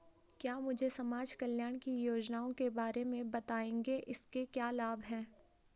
क्या मुझे समाज कल्याण की योजनाओं के बारे में बताएँगे इसके क्या लाभ हैं?